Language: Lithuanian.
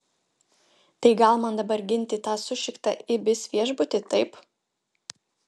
tai gal man dabar ginti tą sušiktą ibis viešbutį taip